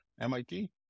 MIT